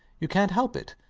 you cant help it.